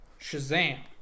Shazam